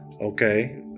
okay